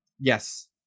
Yes